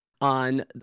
on